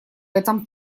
этом